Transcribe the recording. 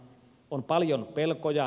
on paljon pelkoja